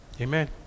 Amen